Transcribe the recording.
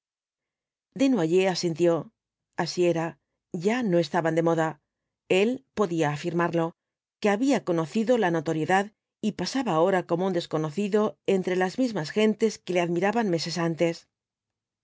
desnoyers asintió así era ya no estaban de moda el podía afirmarlo que había conocido la notoriedad y pasaba ahora como un desconocido entre las mismas gentes que le admiraban meses antes